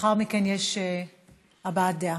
לאחר מכן יש הבעת דעה.